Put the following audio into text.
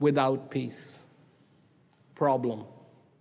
without peace problem